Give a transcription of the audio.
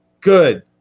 Good